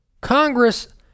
Congress